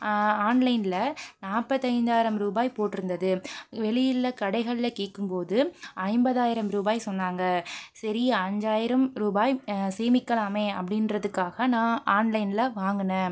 ஆன்லைனில் நாற்பத்தைந்தாயிரம் ரூபாய் போட்டுருந்தது வெளியில் கடைகளில் கேட்கும் போது ஐம்பதாயிரம் ரூபாய் சொன்னாங்க சரி அஞ்சாயிரம் ரூபாய் சேமிக்கலாமே அப்படின்றதுக்காக நான் ஆன்லைனில் வாங்கினேன்